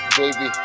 baby